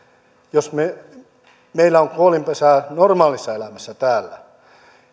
jos meillä on kuolinpesä normaalissa elämässä täällä